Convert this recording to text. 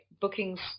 bookings